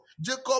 Jacob